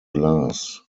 glass